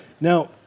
Now